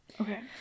Okay